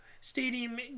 stadium